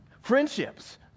Friendships